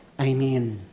Amen